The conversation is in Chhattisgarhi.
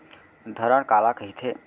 धरण काला कहिथे?